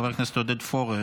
חבר הכנסת עודד פורר,